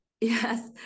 yes